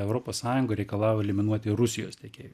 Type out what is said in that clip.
europos sąjunga reikalavo eliminuoti rusijos tiekėjų